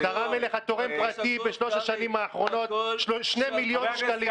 תרם לך תורם פרטי בשלוש השנים האחרונות שני מיליון שקלים.